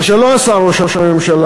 מה שלא עשה ראש הממשלה,